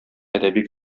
әдәби